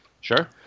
Sure